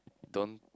don't